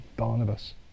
Barnabas